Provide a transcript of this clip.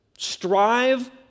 Strive